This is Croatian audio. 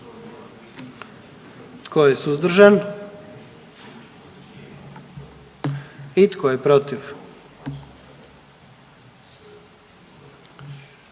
Tko je suzdržan? I tko je protiv?